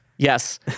Yes